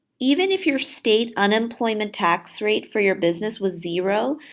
even if your state unemployment tax rate for your business was zero,